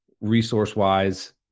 resource-wise